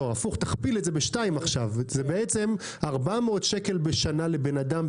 יוצא שנוסע כזה מקבל 400 שקל הנחה בשנה.